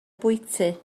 bwyty